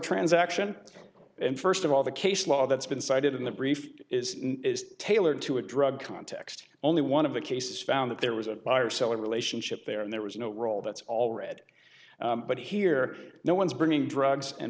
transaction and first of all the case law that's been cited in the brief is tailored to a drug context only one of the cases found that there was a buyer seller relationship there and there was no role that's already but here no one's bringing drugs and